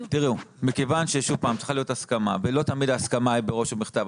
מכיוון שצריכה להיות הסכמה ולא תמיד ההסכמה היא מראש ובכתב,